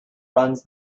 runs